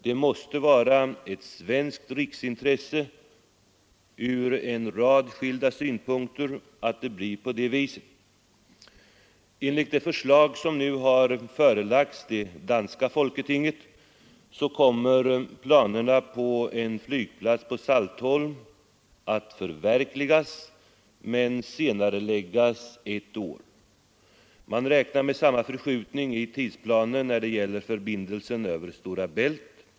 Det måste vara ett svenskt riksintresse — ur en rad skilda synpunkter — att det blir på det viset. Enligt det förslag som nu förelagts det danska folketinget kommer planerna på en flygplats på Saltholm att förverkligas — men senareläggas ett år. Man räknar med samma förskjutning i tidsplanen när det gäller förbindelsen över Stora Bält.